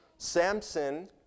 Samson